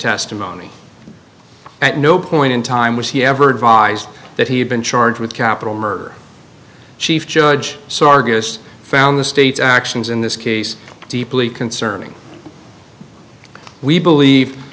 testimony at no point in time was he ever advised that he had been charged with capital murder chief judge so argus found the state's actions in this case deeply concerning we believe